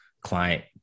client